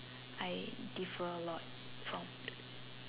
I differ a lot from